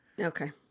Okay